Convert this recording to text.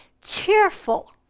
cheerful